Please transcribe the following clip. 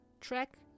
track